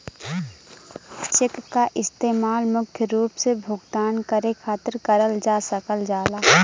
check क इस्तेमाल मुख्य रूप से भुगतान करे खातिर करल जा सकल जाला